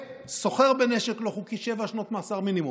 וסוחר בנשק לא חוקי, שבע שנות מאסר מינימום.